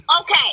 Okay